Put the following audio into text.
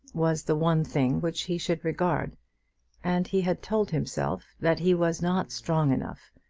was the one thing which he should regard and he had told himself that he was not strong enough,